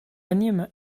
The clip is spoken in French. anime